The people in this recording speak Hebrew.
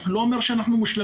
אני לא אומר שאנחנו מושלמים,